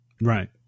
right